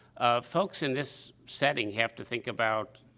ah, folks in this setting have to think about,